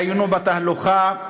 והיינו בתהלוכה,